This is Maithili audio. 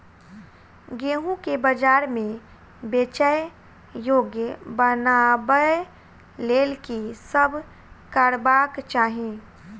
गेंहूँ केँ बजार मे बेचै योग्य बनाबय लेल की सब करबाक चाहि?